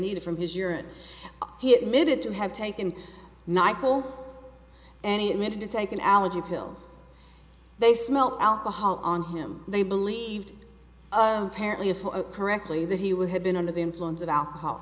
needed from his urine he admitted to have taken night and he admitted to take an allergy pills they smelled alcohol on him they believed parents correctly that he would have been under the influence of alcohol